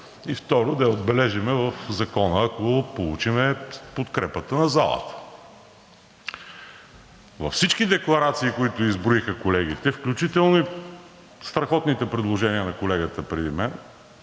и второ, да я отбележим в Закона, ако получим подкрепата на залата. Във всички декларации, които изброиха колегите, включително и страхотните предложения на колегата преди мен,